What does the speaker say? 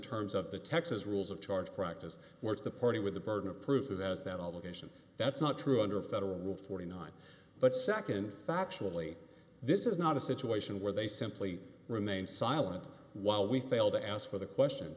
terms of the texas rules of charge practice where's the party with the burden of proof of those that all the patients that's not true under federal rule forty nine but second factually this is not a situation where they simply remain silent while we fail to ask for the question